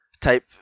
type